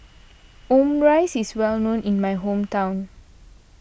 Omurice is well known in my hometown